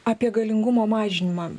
apie galingumo mažinimą